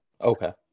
Okay